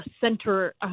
center